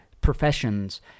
professions